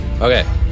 Okay